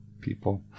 people